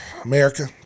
America